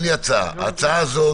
ההצעה הזאת,